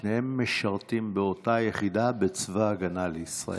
שניהם משרתים באותה יחידה בצבא ההגנה לישראל.